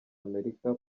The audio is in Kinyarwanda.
amerika